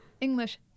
english